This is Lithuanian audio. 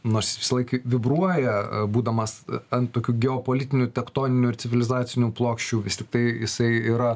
nors visąlaik vibruoja būdamas ant tokių geopolitinių tektoninių ir civilizacinių plokščių vis tiktai jisai yra